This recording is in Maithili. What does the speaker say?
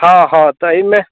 हँ हँ तऽ ताहीमे